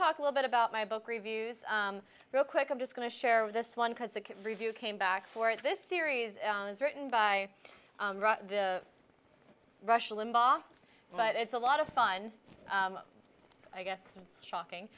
talk a little bit about my book reviews real quick i'm just going to share with this one because the review came back for this series was written by the rush limbaugh but it's a lot of fun i guess shocking